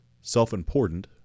self-important